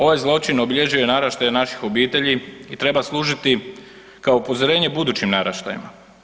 Ovaj zločin obilježio je naraštaj naših obitelji i treba služiti kao upozorenje budućim naraštajima.